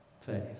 Faith